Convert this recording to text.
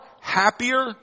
happier